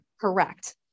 Correct